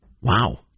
Wow